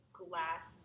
glass